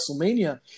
WrestleMania